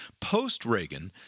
Post-Reagan